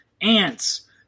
ants